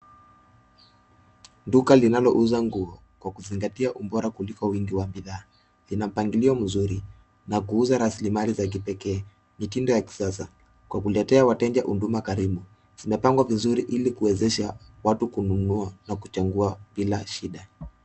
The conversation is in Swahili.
Duka linalouza nguo kwa kuzingatia ubora kuliko wingi wa bidhaa linampangilio mzuri na kuuza rasilimali za kipekee. Mitindo ya kisasa kwa kuletea wateja huduma karibu . Limepangwa vizuri ili kuwezesha watu kununua na kuchagua bila shida.